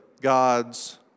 God's